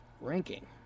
ranking